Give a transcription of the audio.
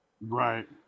Right